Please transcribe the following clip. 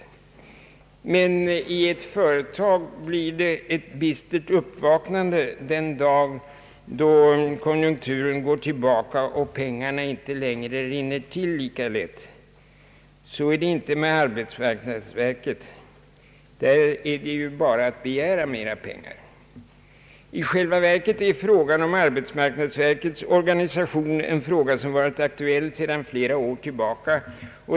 Men i ett företag blir det ett bistert uppvaknande den dag då konjunkturen går tillbaka och pengarna inte längre rinner till lika lätt. Så är det inte med arbetsmarknadsverket. Där är det ju bara att begära mera pengar. I själva verket har frågan om arbetsmarknadsverkets organisation varit aktuell sedan flera år tillbaka.